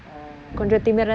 oh